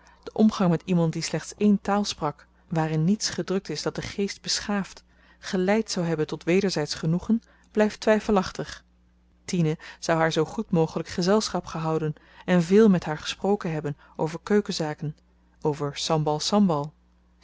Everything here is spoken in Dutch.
de omgang met iemand die slechts één taal sprak waarin niets gedrukt is dat den geest beschaaft geleid zou hebben tot wederzydsch genoegen blyft twyfelachtig tine zou haar zoo goed mogelijk gezelschap gehouden en veel met haar gesproken hebben over keukenzaken over